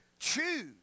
Choose